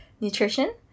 nutrition